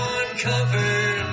uncovered